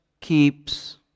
keeps